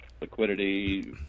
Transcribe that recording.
liquidity